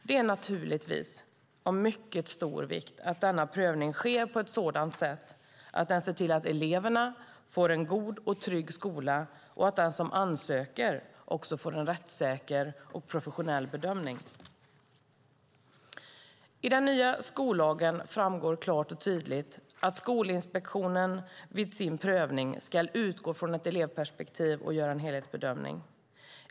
Det är naturligtvis av mycket stor vikt att denna prövning sker på ett sådant sätt att den ser till att eleverna får en god och trygg skola och att den som ansöker också får en rättssäker och professionell bedömning. I den nya skollagen framgår klart och tydligt att Skolinspektionen vid sin prövning ska utgå från ett elevperspektiv och göra en helhetsbedömning.